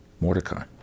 Mordecai